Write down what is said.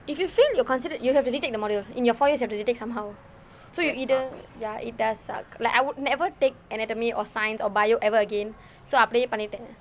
if you fail you're considered you have to retake the module in your four years you have to retake somehow so you either ya it does suck like I would never take anatomy or science or biomedical ever again so I அப்படியே பண்ணிட்டேன்:appadiye pannitten